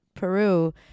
Peru